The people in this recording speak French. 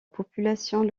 population